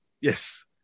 Yes